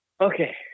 Okay